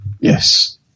Yes